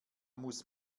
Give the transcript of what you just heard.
muss